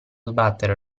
sbattere